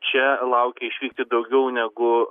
čia laukia išvykti daugiau negu